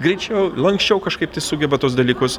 greičiau lanksčiau kažkaip tai sugeba tuos dalykus